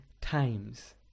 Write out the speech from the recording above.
times